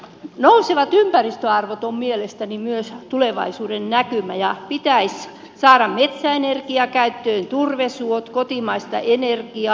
nousevat ympäristöarvot ovat mielestäni myös tulevaisuuden näkymä ja pitäisi saada metsäenergia käyttöön turvesuot kotimaista energiaa